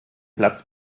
platz